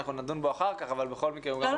אנחנו נדון בו אחר כך,